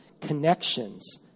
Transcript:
connections